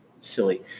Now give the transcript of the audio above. silly